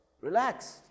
Relax